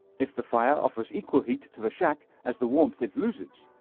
if the fire offers equal heat to the shack as the warmth it loses,